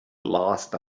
lost